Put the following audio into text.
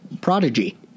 prodigy